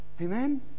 Amen